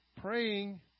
praying